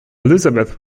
elisabeth